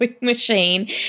machine